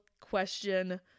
question